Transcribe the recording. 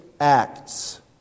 acts